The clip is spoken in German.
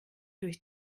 durch